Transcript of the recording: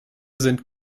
sind